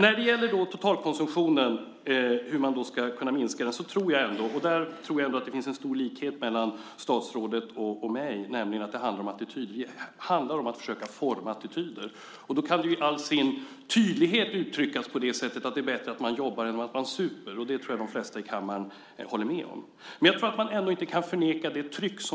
När det gäller hur man ska kunna minska totalkonsumtionen tror jag att det finns en stor likhet mellan statsrådet och mig. Det handlar om att försöka forma attityder. I all tydlighet kan det uttryckas på det sättet att det är bättre att man jobbar än att man super. Det tror jag att de flesta här i kammaren håller med om. Jag tror att man ändå inte kan förneka trycket